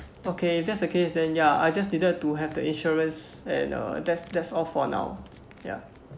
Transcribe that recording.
okay if that's the case then ya I just needed to have the insurance and uh that's that's all for now ya